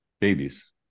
babies